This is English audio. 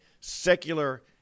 secular